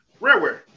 Rareware